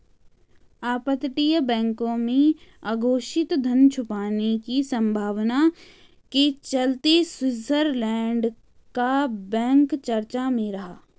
अपतटीय बैंकों में अघोषित धन छुपाने की संभावना के चलते स्विट्जरलैंड का बैंक चर्चा में रहा